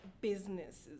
businesses